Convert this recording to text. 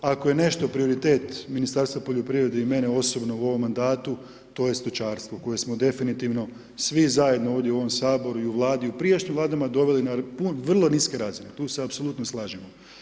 Ako je nešto prioritet Ministarstva poljoprivrede i mene osobno u ovom mandatu to je stočarstvo koje smo definitivno svi zajedno ovdje u ovom Saboru i u Vladi i u prijašnjim Vladama doveli na vrlo niske razine, tu se apsolutno slažemo.